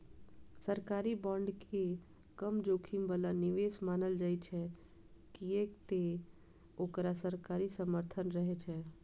सरकारी बांड के कम जोखिम बला निवेश मानल जाइ छै, कियै ते ओकरा सरकारी समर्थन रहै छै